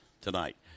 tonight